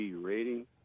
rating